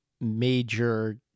major